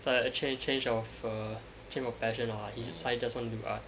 so like a change change of a change of passion or err he just suddenly want to do art